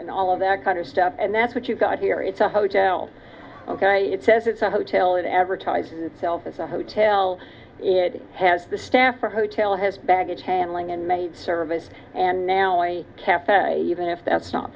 and all of that kind of stuff and that's what you've got here it's the hotels ok it says it's a hotel that advertises itself as a hotel it has the staff our hotel has baggage handling and maid service and now a cafe even if that's not